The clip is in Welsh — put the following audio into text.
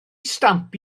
stamp